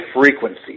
frequency